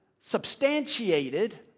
Substantiated